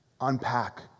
unpack